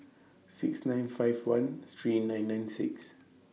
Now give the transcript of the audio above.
six nine five one three nine nine six